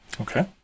Okay